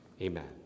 Amen